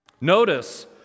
Notice